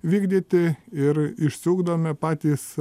vykdyti ir išsiugdome patys